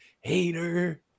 hater